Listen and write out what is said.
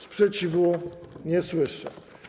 Sprzeciwu nie słyszę.